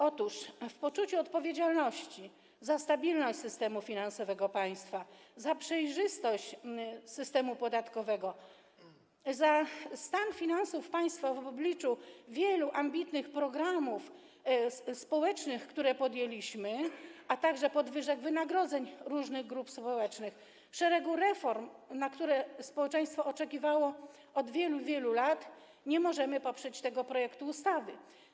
Otóż w poczuciu odpowiedzialności za stabilność systemu finansowego państwa, za przejrzystość systemu podatkowego, za stan finansów państwa w obliczu wielu ambitnych programów społecznych, które podjęliśmy, a także podwyżek wynagrodzeń różnych grup społecznych, szeregu reform, na które społeczeństwo oczekiwało od wielu, wielu lat, nie możemy poprzeć tego projektu ustawy.